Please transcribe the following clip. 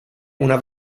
una